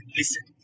listen